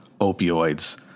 opioids